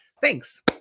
Thanks